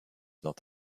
not